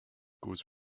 goes